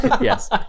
Yes